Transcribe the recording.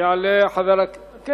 יעלה חבר, וכל זה קשור לבתי-הדין הדתיים?